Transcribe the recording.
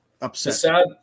upset